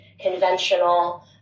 conventional